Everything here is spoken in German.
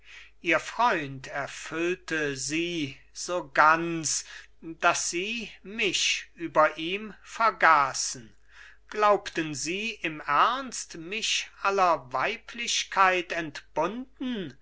ihr freund erfüllte sie so ganz daß sie mich über ihm vergaßen glaubten sie im ernst mich aller weiblichkeit entbunden